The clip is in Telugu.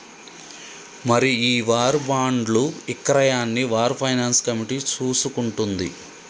మరి ఈ వార్ బాండ్లు ఇక్రయాన్ని వార్ ఫైనాన్స్ కమిటీ చూసుకుంటుంది